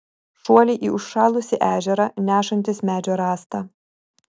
šuoliai į užšalusį ežerą nešantis medžio rąstą